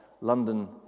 London